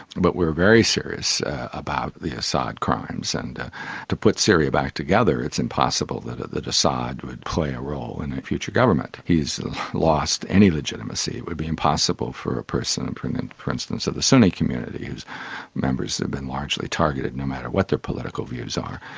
but we are very serious about the assad crimes. and to put syria back together it's impossible that that assad would play a role in a future government. he has lost any legitimacy, it would be impossible for a person, for instance, of the sunni community whose members have been largely targeted, no matter what their political views are.